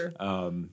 Sure